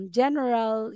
general